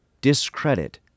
Discredit